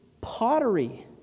pottery